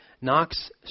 Knox